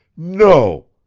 no!